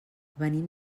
venim